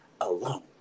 alone